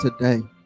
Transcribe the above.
today